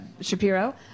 Shapiro